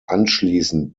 anschließend